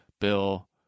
bill